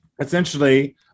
essentially